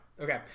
Okay